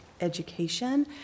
education